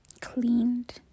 cleaned